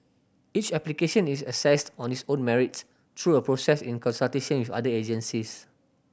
each application is assessed on its own merits through a process in consultation with other agencies